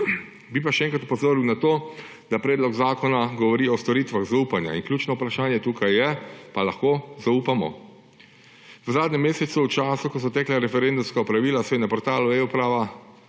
Bi pa še enkrat opozoril na to, da predlog zakona govori o storitvah zaupanja. Ključno vprašanje tukaj je, ali lahko zaupamo. V zadnjem mesecu, v času, ko so tekla referendumska opravila, se je na portalu eUprava